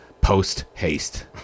post-haste